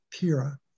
Pira